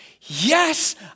yes